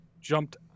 jumped